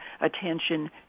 attention